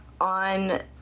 on